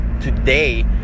today